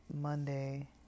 Monday